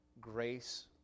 grace